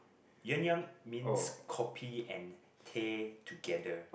Yuan-Yang means kopi and teh together